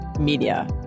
Media